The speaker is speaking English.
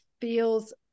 feels